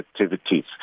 activities